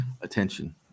attention